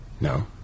No